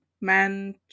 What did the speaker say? man